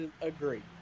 Agree